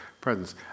presence